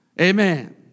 Amen